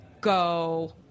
go